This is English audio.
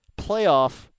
playoff